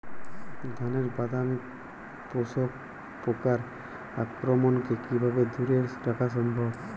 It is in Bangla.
ধানের বাদামি শোষক পোকার আক্রমণকে কিভাবে দূরে করা সম্ভব?